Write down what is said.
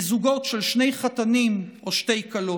וזוגות של שני חתנים או שתי כלות.